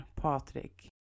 Patrick